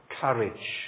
courage